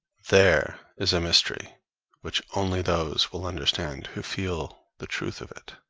there is a mystery which only those will understand who feel the truth of it.